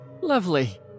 lovely